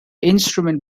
instrument